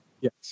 yes